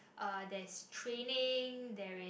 uh there is training there is